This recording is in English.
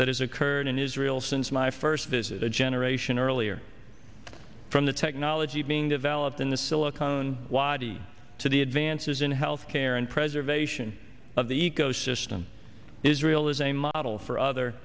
that has occurred in israel since my first visit a generation earlier from the technology being developed in the silicone wadi to the advances in health care in preservation of the ecosystem israel is a model for other